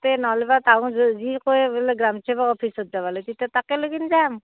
তাতে ন'হলেবা তাহোন যি কয় বোলে গ্ৰাম সেৱক অফিচত যাব তেতিয়া তাকে লগি যাম